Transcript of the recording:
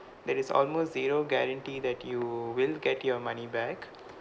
there is almost zero guarantee that you will get your money back